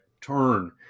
turn